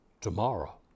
tomorrow